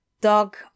Dog